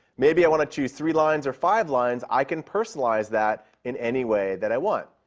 maybe i want to choose three lines or five lines. i can personalize that in any way that i want.